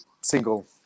single